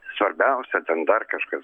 svarbiausia ten dar kažkas